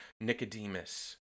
Nicodemus